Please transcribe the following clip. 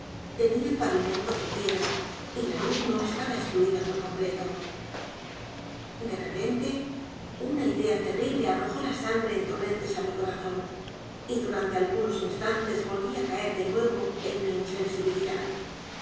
tenía pavimento de piedra y la luz no estaba excluida por completo de repente una idea terrible arrojó la sangre entorrentes á m i corazón y durante algunos instantes volví á caer de nuevo en mi insensibilidad